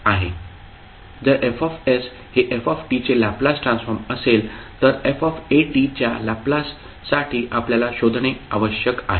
जर F हे f चे लॅपलास ट्रान्सफॉर्म असेल तर f च्या लॅपलाससाठी आपल्याला शोधणे आवश्यक आहे